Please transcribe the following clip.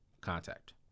contact